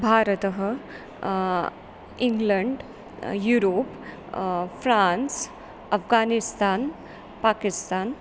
Bharat England Europe France Afghanistan Pakistan